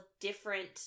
different